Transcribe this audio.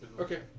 Okay